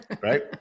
Right